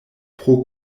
pro